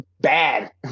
bad